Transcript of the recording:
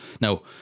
Now